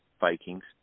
Vikings